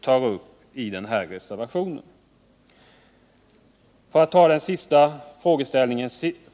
Jag tar först upp den sista punkten.